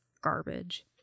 garbage